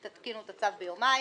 תתקינו את הצו ביומיים.